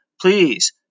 please